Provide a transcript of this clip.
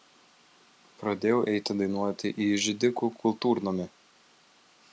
pradėjau eiti dainuoti į židikų kultūrnamį